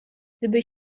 gdyby